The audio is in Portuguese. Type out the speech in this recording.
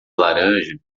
laranja